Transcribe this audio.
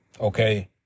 okay